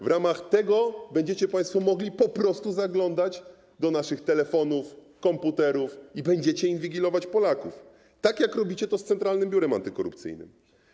W ramach tego będziecie państwo mogli po prostu zaglądać do naszych telefonów, komputerów i będziecie inwigilować Polaków, tak jak robicie to z Centralnym Biurem Antykorupcyjnym.